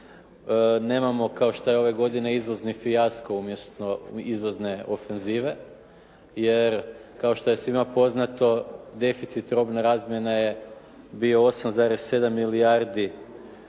nemamo kao što je ove godine izvozni fijasko umjesto izvozne ofenzive, jer kao što je svima poznato deficit robne razmjene bio 8,7 milijardi